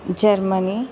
Germany